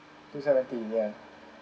two seventeen ya